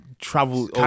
travel